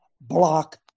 block